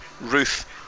Ruth